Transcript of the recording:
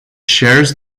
shares